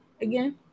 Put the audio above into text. again